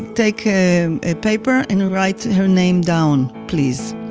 take um a paper and write her name down, please.